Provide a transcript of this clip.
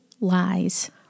lies